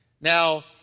Now